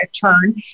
turn